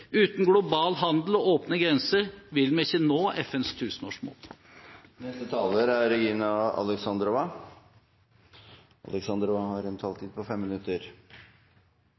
Uten global handel og åpne grenser vil vi ikke nå FNs tusenårsmål.